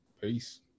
Peace